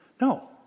no